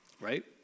right